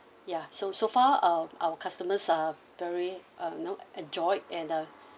ya so so far uh our customers are very uh you know enjoy and uh